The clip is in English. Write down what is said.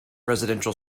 residential